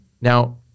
now